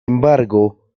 embargo